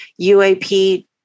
UAP